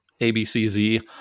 ABCZ